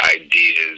ideas